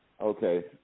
okay